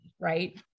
right